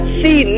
see